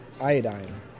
iodine